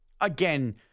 again